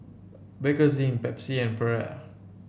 Bakerzin Pepsi and Perrier